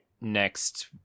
next